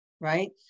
right